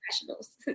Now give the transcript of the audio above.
professionals